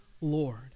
Lord